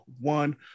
one